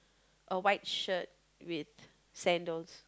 a white shirt with sandals